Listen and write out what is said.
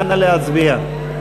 נא להצביע.